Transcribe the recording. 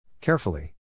Carefully